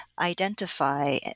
identify